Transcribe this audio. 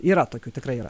yra tokių tikrai yra